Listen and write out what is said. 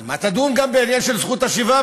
על מה תדון גם בעניין של זכות השיבה,